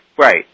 Right